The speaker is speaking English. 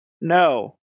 No